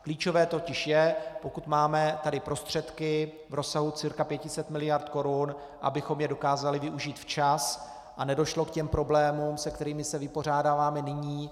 Klíčové totiž je, pokud máme tady prostředky v rozsahu cca 500 miliard korun, abychom je dokázali využít včas a nedošlo k těm problémům, se kterými se vypořádáváme nyní.